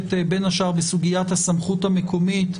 שעוסקת בין השאר בסוגיית הסמכות המקומית,